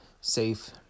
safe